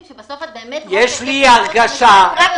שבסוף את באמת --- יש לי הרגשה שאתם